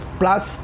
plus